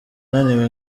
naniwe